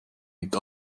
mit